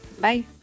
Bye